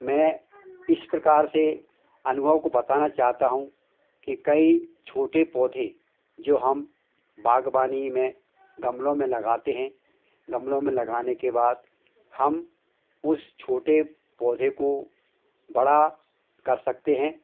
मैं इस प्रकार से अनुभव को बताना चाहता हूँ के कई छोटे पौधे जो हम बाग़बानी में गमलों में लगाते हैं गमलों में लगाने के बाद हम उस छोटे पौधे को बड़ा कर सकते हैं